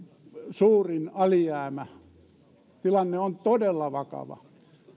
suurin alijäämä tilanne on todella vakava